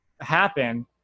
happen